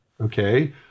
okay